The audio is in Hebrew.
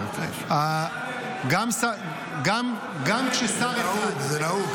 גם כששר --- זה נהוג,